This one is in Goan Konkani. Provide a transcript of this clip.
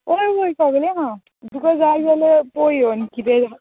हय वोय सगलें आहा तुका जाय जाल्यार पोय येवन कितेंय